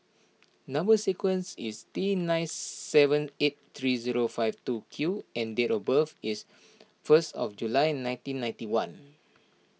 Number Sequence is T nine seven eight three zero five two Q and date of birth is fist of July nineteen ninety one